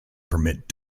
permit